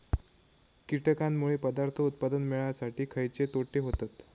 कीटकांनमुळे पदार्थ उत्पादन मिळासाठी खयचे तोटे होतत?